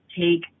Take